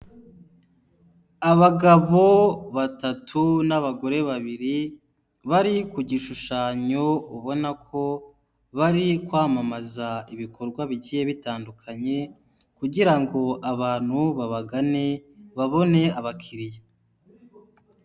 Abagabo batatu n'abagore babiri bari ku gishushanyo ubona ko bari kwamamaza ibikorwa bigiye bitandukanye kugira ngo abantu babagane babone abakiriya.